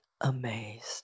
amazed